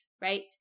right